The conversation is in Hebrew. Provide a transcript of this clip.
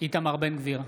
איתמר בן גביר,